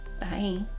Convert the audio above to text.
bye